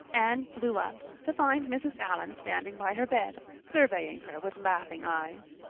anne flew up, to find mrs. allan standing by her bed, surveying her with laughing eyes.